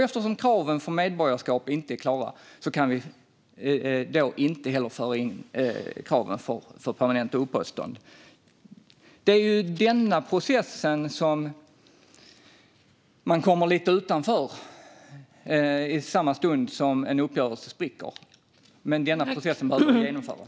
Eftersom kraven för medborgarskap inte är klara kan vi inte heller föra in kraven för permanent uppehållstillstånd. Denna process kommer man lite utanför i samma stund som en uppgörelse spricker, men vi behöver genomföra den processen.